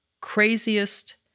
craziest